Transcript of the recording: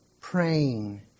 praying